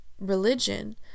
religion